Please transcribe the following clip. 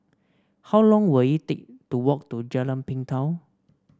how long will it take to walk to Jalan Pintau